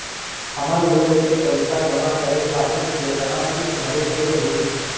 हमर लोन के पइसा जमा करे खातिर केतना किस्त भरे के होई?